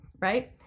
right